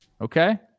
Okay